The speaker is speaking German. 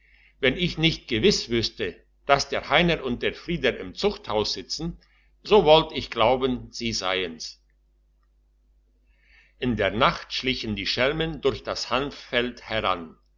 wenn ich nicht gewiss wüsste dass der heiner und der frieder im zuchthaus sitzen so wollt ich glauben sie seien's in der nacht schlichen die schelmen durch das hanffeld heran